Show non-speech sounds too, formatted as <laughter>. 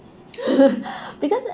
<laughs> because